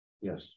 Yes